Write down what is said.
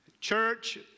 Church